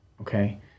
Okay